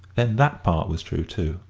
then that part was true, too!